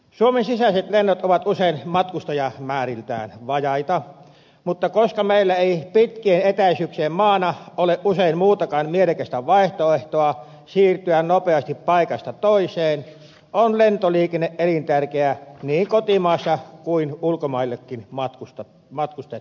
suomen sisäiset lennot ovat usein matkustajamääriltään vajaita mutta koska meillä ei pitkien etäisyyksien maana ole usein muutakaan mielekästä vaihtoehtoa siirtyä nopeasti paikasta toiseen on lentoliikenne elintärkeä niin kotimaassa kuin ulkomaillekin matkustettaessa